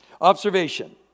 Observation